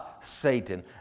Satan